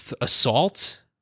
assault